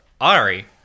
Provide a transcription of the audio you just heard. Ari